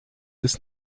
des